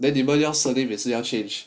then 你们要每次要 change